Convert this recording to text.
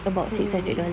mm mm mm